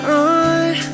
on